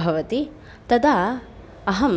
भवति तदा अहं